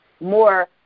more